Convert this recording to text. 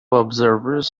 observers